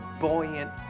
buoyant